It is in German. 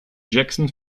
jackson